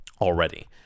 Already